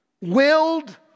willed